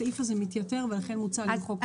הסעיף הזה מתייתר ולכן מוצע למחוק אותו.